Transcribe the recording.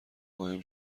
قایم